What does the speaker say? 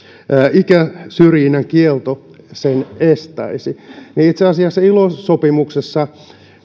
ikäsyrjinnän kielto sen estäisi niin itse asiassa ilo sopimuksessa